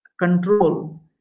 control